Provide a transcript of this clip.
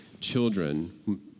children